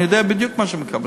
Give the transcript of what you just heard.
אני יודע בדיוק מה מקבלים.